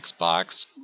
Xbox